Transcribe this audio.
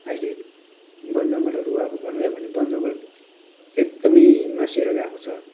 अहिले वन जङ्गलहरू अब भनौँ नै भने वन जङ्गल एकदमै मासिएर गएको छ